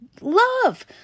Love